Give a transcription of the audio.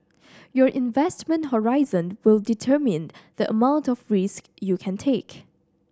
your investment horizon will determine the amount of risk you can take